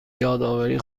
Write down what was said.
یادآوری